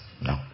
No